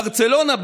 ברצלונה,